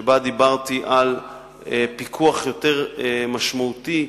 שבה דיברתי על פיקוח יותר משמעותי,